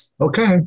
Okay